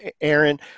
Aaron